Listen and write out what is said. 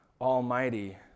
almighty